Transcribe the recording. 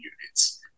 units